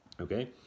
okay